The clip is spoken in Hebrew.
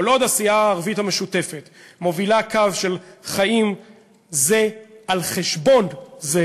כל עוד הסיעה הערבית המשותפת מובילה קו של חיים זה על חשבון זה,